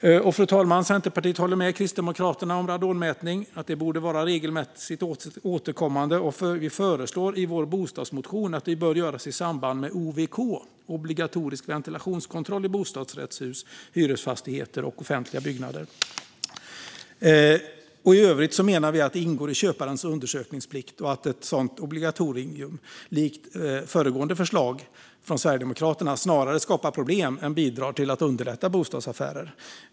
Fru talman! Centerpartiet håller med Kristdemokraterna om att radonmätning borde vara regelmässigt återkommande. Vi föreslår i vår bostadsmotion att det görs i samband med OVK, obligatorisk ventilationskontroll, i bostadsrättshus, hyresfastigheter och offentliga byggnader. I övrigt menar vi att detta ingår i köparens undersökningsplikt och att ett sådant obligatorium, likt det tidigare nämnda förslaget från Sverigedemokraterna, snarare skapar problem än bidrar till att underlätta bostadsaffärer.